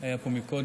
היה פה קודם.